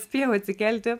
spėjau atsikelti